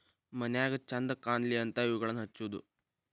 ಮನ್ಯಾಗ ಚಂದ ಕಾನ್ಲಿ ಅಂತಾ ಇವುಗಳನ್ನಾ ಹಚ್ಚುದ